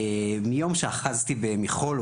מיום שאחזתי במכחול,